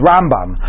Rambam